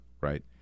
right